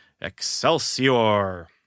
Excelsior